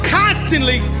constantly